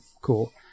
cool